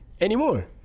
anymore